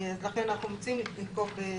לכן אנחנו מציעים לדבוק במועד.